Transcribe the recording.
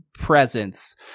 presence